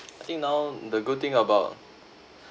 I think now the good thing about